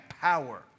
power